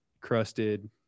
crusted